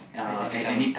at any time